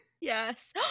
Yes